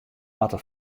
moatte